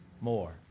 more